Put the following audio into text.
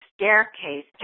staircase